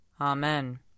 Amen